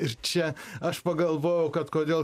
ir čia aš pagalvojau kad kodėl